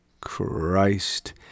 Christ